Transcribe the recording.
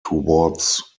towards